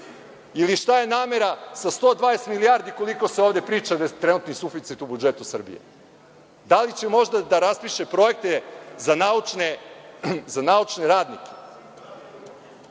Ili šta je namera sa 120 milijardi koliko se ovde priča da je trenutni suficit u budžetu Srbije? Da li će možda da raspiše projekte za naučne radnike?